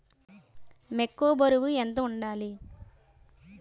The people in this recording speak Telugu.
మొక్కొ బరువు ఎంత వుండాలి?